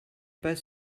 pas